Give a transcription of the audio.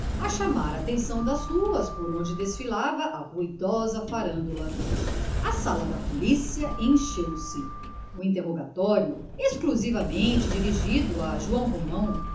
a chamar a atenção das ruas por onde desfilava a ruidosa farândola a sala da polícia encheu-se o interrogatório exclusivamente dirigido a joão romão